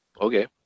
Okay